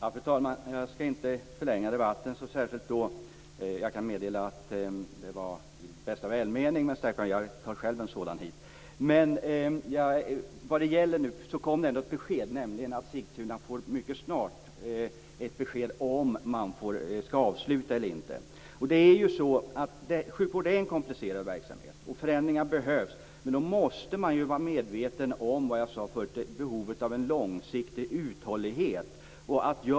Fru talman! Jag skall inte förlänga debatten särskilt mycket. Jag kan meddela att det var i bästa välmening jag sade detta om en stärkande promenad - jag tar själv en sådan hit. Det kom ändå ett besked, nämligen att Sigtuna mycket snart får ett besked om man skall avsluta försöksverksamheten eller inte. Sjukvård är en komplicerad verksamhet, och förändringar behövs, men man måste vara medveten om behovet av en långsiktig uthållighet, som jag sade förut.